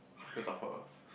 because of her